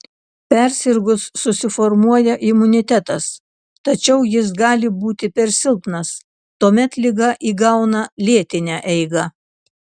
persirgus susiformuoja imunitetas tačiau jis gali būti per silpnas tuomet liga įgauna lėtinę eigą